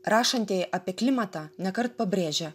rašantieji apie klimatą nekart pabrėžia